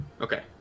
Okay